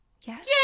Yes